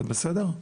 זה בסדר?